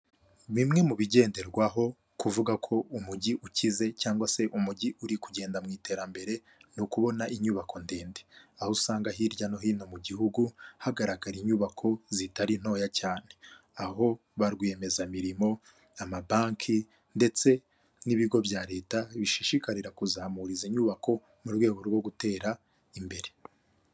Bimwe mu bigenderwaho kuvuga ko umujyi ukize cyangwa se umujyi uri kugenda mu iterambere ni ukubona inyubako ndende aho usanga hirya no hino mu gihugu hagaragara inyubako zitari ntoya cyane aho ba rwiyemezamirimo, amabanki ndetse n'ibigo bya Leta bishishikarira kuzamura izi nyubako mu rwego rwo gutera imbere.